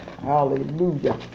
Hallelujah